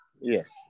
Yes